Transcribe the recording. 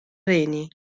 reni